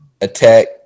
attack